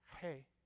hey